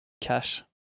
cash